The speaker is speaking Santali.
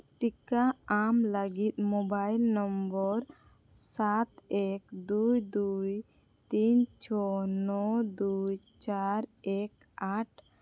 ᱴᱤᱠᱟᱹ ᱟᱢ ᱞᱟᱹᱜᱤᱫ ᱢᱳᱵᱟᱭᱤᱞ ᱱᱚᱢᱵᱚᱨ ᱥᱟᱛ ᱮᱠ ᱫᱩᱭ ᱫᱩᱭ ᱛᱤᱱ ᱪᱷᱚ ᱱᱚ ᱫᱩᱭ ᱪᱟᱨ ᱮᱹᱠ ᱟᱴ